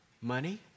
Money